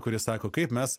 kuri sako kaip mes